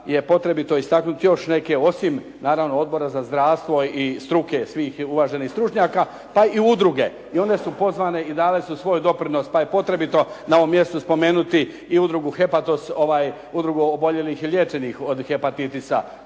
je potrebito istaknuti još neke osim naravno Odbora za zdravstvo i struke, svih uvaženih stručnjaka pa i udruge, i one su pozvane i dale su svoj doprinos pa je potrebito na ovom mjestu spomenuti i Udrugu "Hepatos", udrugu oboljelih i liječenih od hepatitisa,